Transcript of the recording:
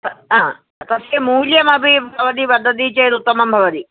त तस्य मूल्यमपि भवती वदति चेत् उत्तमं भवति